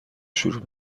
شروع